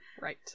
Right